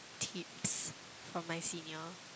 tips from my senior